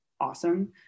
awesome